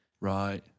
Right